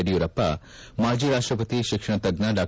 ಯಡಿಯೂರಪ್ಪ ಮಾಜಿ ರಾಷ್ಟಪತಿ ಶಿಕ್ಷಣ ತಜ್ಞ ಡಾ